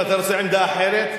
נסים, אתה רוצה עמדה אחרת?